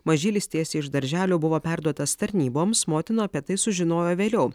mažylis tiesiai iš darželio buvo perduotas tarnyboms motina apie tai sužinojo vėliau